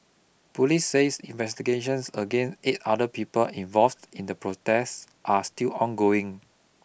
police says investigations against eight other people involved in the protest are still ongoing